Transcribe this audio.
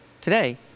today